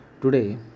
Today